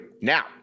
now